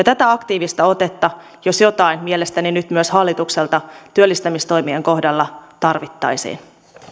tätä aktiivista otetta jos jotain mielestäni nyt myös hallitukselta työllistämistoimien kohdalla tarvittaisiin